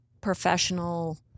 professional